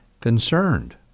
concerned